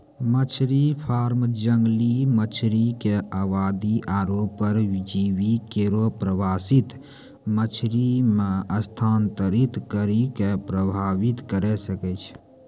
मछरी फार्म जंगली मछरी क आबादी आरु परजीवी केरो प्रवासित मछरी म स्थानांतरित करि कॅ प्रभावित करे सकै छै